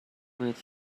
with